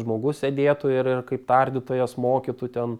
žmogus sėdėtų ir ir kaip tardytojas mokytų ten